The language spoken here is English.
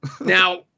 Now